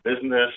business